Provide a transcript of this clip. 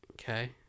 Okay